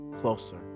closer